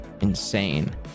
insane